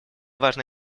важно